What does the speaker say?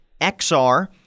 XR